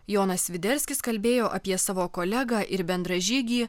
jonas sviderskis kalbėjo apie savo kolegą ir bendražygį